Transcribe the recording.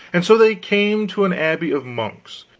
and so they came to an abbey of monks,